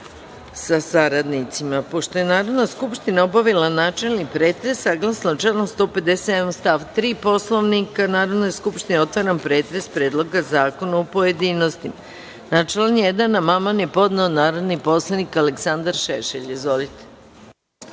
sa saradnicima. Pošto je Narodna Skupština obavila načelni pretres, saglasno članu 157. stav 3. Poslovnika Narodne Skupštine, otvaram pretres Predloga zakona u pojedinostima. Na član 1. amandman je podneo narodni poslanik Aleksandar Šešelj. Da li